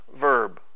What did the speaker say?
verb